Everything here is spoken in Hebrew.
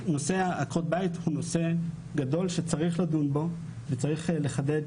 נושא עקרות הבית זה נושא גדול שצריך לדון בו וצריך לחדד